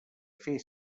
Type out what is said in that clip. fer